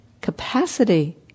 capacity